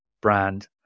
brand